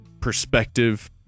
perspective